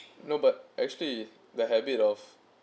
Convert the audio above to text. no but actually the habit of